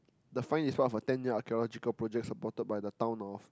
the find is what for ten year archaeological project supported by the town of